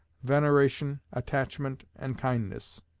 veneration, attachment, and kindness.